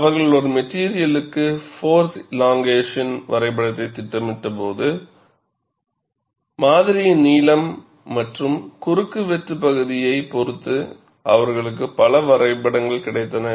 அவர்கள் ஒரு மெட்டிரியலுக்கு போர்ஸ் எலோங்கேஷன் வரைபடத்தைத் திட்டமிட்டபோது மாதிரியின் நீளம் மற்றும் குறுக்கு வெட்டுப் பகுதியைப் பொறுத்து அவர்களுக்கு பல வரைபடங்கள் கிடைத்தன